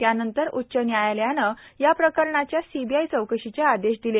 त्यानंतर उच्च न्यायालयानं या प्रकरणाच्या सीबीआय चौकशीचे आदेश दिले